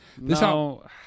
No